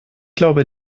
glaube